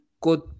good